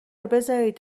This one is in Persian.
بذارید